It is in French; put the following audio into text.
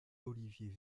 olivier